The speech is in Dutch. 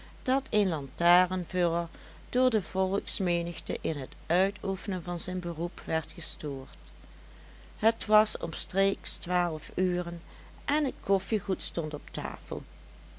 dat een lantarenvuller door de volksmenigte in het uitoefenen van zijn beroep werd gestoord het was omstreeks twaalf uren en het koffiegoed stond op tafel